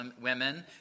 women